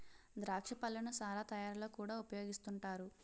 ద్రాక్ష పళ్ళను సారా తయారీలో కూడా ఉపయోగిస్తూ ఉంటారు